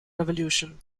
revolution